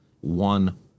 One